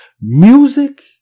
Music